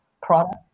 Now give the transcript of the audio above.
product